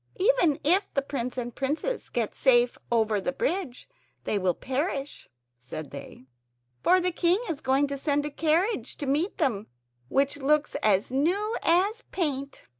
even if the prince and princess get safe over the bridge they will perish said they for the king is going to send a carriage to meet them which looks as new as paint.